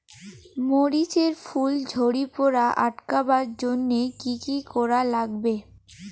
মরিচ এর ফুল ঝড়ি পড়া আটকাবার জইন্যে কি কি করা লাগবে?